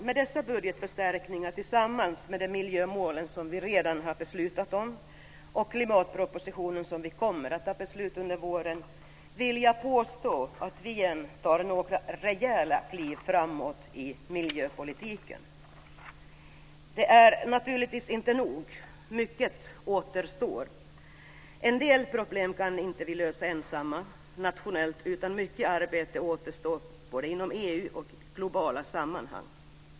Med dessa budgetförstärkningar tillsammans med de miljömål som vi redan har beslutat om och med klimatpropositionen som vi kommer att besluta om under våren vill jag påstå att vi återigen tar några rejäla kliv framåt i miljöpolitiken. Det är naturligtvis inte nog. Mycket återstår. En del problem kan vi inte lösa ensamma nationellt, utan mycket arbete återstår både inom EU och i globala sammanhang.